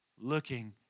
looking